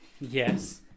Yes